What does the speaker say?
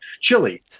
chili